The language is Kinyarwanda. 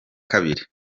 kabiri